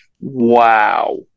Wow